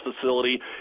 facility